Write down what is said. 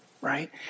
right